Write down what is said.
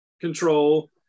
control